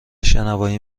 شنوایی